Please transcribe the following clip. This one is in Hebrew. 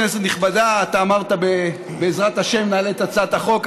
אתה אמרת: בעזרת השם נעלה את הצעת החוק.